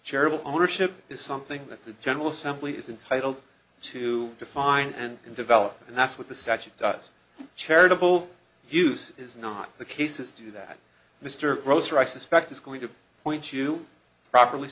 charitable ownership is something that the general assembly is entitled to define and develop and that's what the statute does charitable use is not the cases do that mr gross or i suspect is going to point you properly